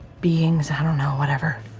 beings, i don't know, whatever.